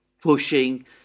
pushing